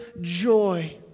joy